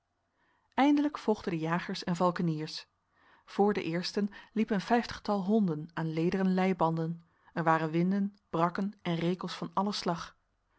eindelijk volgden de jagers en valkeniers voor de eersten liep een vijftigtal honden aan lederen leibanden er waren winden brakken en rekels van alle slag